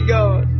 God